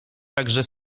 także